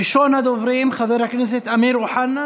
ראשון הדוברים, חבר הכנסת אמיר אוחנה,